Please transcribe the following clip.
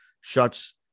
shuts